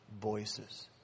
voices